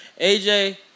AJ